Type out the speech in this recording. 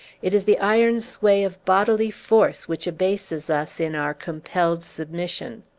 it is the iron sway of bodily force which abases us, in our compelled submission.